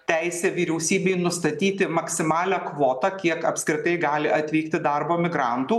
teisė vyriausybei nustatyti maksimalią kvotą kiek apskritai gali atvykti darbo migrantų